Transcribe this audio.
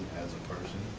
as a person.